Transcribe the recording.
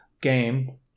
game